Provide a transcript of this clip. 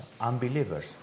unbelievers